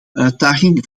uitdaging